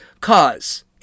cause